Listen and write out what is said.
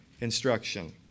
instruction